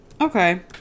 Okay